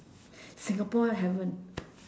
singapore haven't